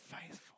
faithful